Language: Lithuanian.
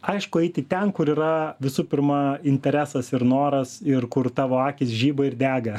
aišku eiti ten kur yra visų pirma interesas ir noras ir kur tavo akys žiba ir dega